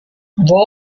raw